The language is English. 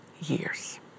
years